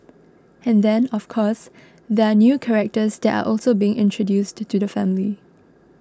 and then of course there are new characters that are also being introduced to the family